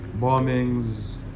bombings